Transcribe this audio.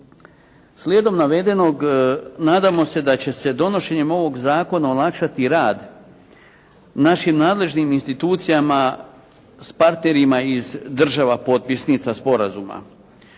Slijedom navedenog nadamo se da će se donošenjem ovoga zakona olakšati rad našim nadležnim institucijama s partnerima iz država potpisnica sporazuma.